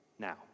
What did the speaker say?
now